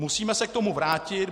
Musíme se k tomu vrátit.